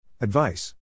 Advice